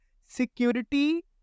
security